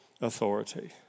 authority